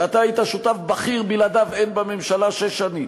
ואתה היית שותף בכיר, בלעדיו אין ממשלה, שש שנים.